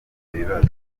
ibibazo